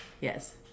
Yes